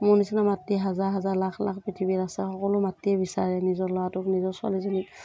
মোৰ নিচিনা মাতৃহাজাৰ হাজাৰ লাখ লাখ পৃথিৱীত আছে সকলো মাতৃয়ে বিচাৰে নিজৰ ল'ৰাটোক নিজৰ ছোৱালীজনীক